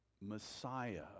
Messiah